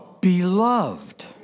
beloved